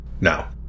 Now